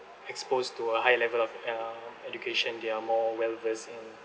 exposed to a high level of uh education they are more well-versed in